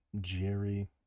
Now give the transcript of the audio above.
Jerry